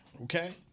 okay